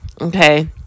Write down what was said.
okay